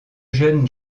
jeune